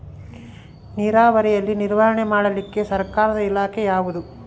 ನೇರಾವರಿಯಲ್ಲಿ ನಿರ್ವಹಣೆ ಮಾಡಲಿಕ್ಕೆ ಸರ್ಕಾರದ ಇಲಾಖೆ ಯಾವುದು?